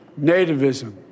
nativism